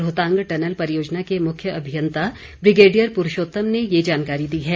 Rohtang tunnel परियोजना के मुख्य अभियंता ब्रिगेडियर पुरूषोतम ने ये जानकारी दी है